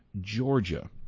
Georgia